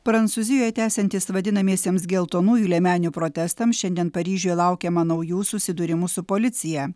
prancūzijoje tęsiantis vadinamiesiems geltonųjų liemenių protestams šiandien paryžiuje laukiama naujų susidūrimų su policija